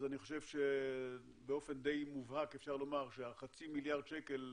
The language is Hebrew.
אז אני חושב שבאופן די מובהק אפשר לומר שחצי המיליארד שקל,